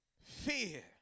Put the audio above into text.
Fear